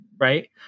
Right